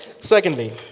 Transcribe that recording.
secondly